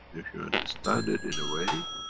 if you understand it in a way.